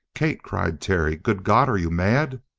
kate! cried terry. good god, are you mad?